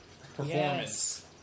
performance